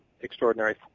extraordinary